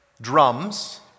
drums